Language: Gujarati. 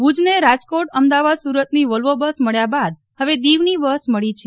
ભુજને રાજકોટ અમદાવાદ સુરતની વોલ્વો બસ મળ્યા બાદ હવે દીવની બસ મળી છે